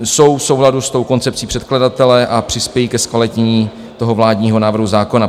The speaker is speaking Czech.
Jsou v souladu s tou koncepcí předkladatele a přispějí ke zkvalitnění toho vládního návrhu zákona.